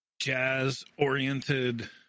jazz-oriented